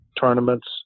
tournaments